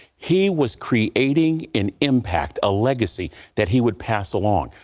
he was creating an impact, a legacy that he would pass along.